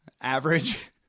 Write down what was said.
average